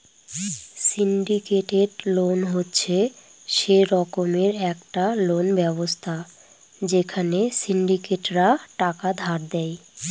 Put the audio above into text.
syndicated loan হচ্ছে সে রকমের একটা লোন ব্যবস্থা যেখানে সিন্ডিকেটরা টাকা ধার দেয়